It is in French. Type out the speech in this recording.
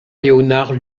léonard